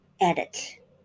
edit